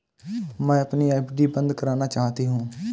मैं अपनी एफ.डी बंद करना चाहती हूँ